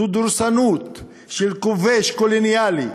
זו דורסנות של כובש קולוניאלי,